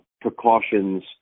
precautions